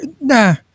nah